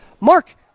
Mark